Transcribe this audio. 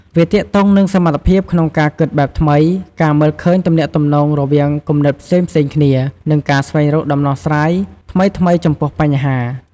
វាទាក់ទងនឹងសមត្ថភាពក្នុងការគិតបែបថ្មី ការមើលឃើញទំនាក់ទំនងរវាងគំនិតផ្សេងៗគ្នា និងការស្វែងរកដំណោះស្រាយថ្មីៗចំពោះបញ្ហា។